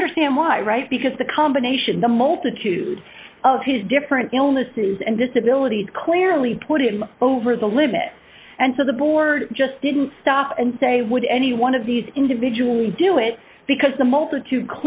can understand why right because the combination the multitude of his different illnesses and disabilities clearly put him over the limit and so the board just didn't stop and say would any one of these individually do it because the multitude